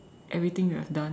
everything you have done